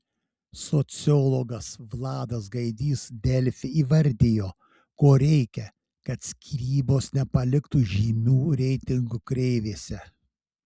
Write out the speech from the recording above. sociologas vladas gaidys delfi įvardijo ko reikia kad skyrybos nepaliktų žymių reitingų kreivėse